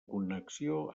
connexió